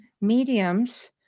mediums